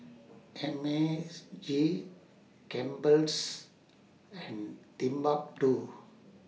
M as G Campbell's and Timbuk two